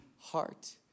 heart